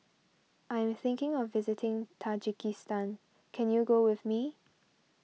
I am thinking of visiting Tajikistan can you go with me